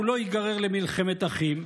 הוא לא ייגרר למלחמת אחים,